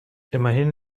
immerhin